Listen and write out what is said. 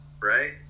right